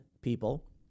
people